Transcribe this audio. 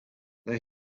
they